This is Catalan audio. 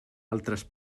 altres